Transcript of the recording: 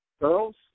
Girls